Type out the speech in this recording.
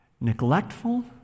neglectful